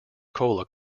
cola